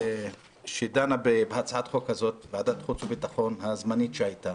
שדנה בהצעת החוק הזאת ועדת חוץ וביטחון הזמנית שהייתה